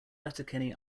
letterkenny